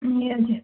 ए हजुर